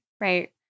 right